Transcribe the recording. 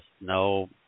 no